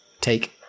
take